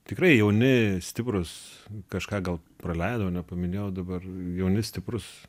tikrai jauni stiprūs kažką gal praleidau nepaminėjau dabar jauni stiprūs